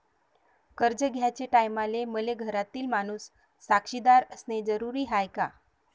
कर्ज घ्याचे टायमाले मले घरातील माणूस साक्षीदार असणे जरुरी हाय का?